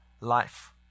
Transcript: life